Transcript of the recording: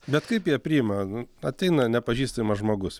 bet kaip jie priima ateina nepažįstamas žmogus